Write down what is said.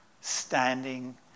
standing